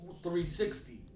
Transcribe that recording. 360